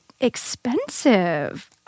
expensive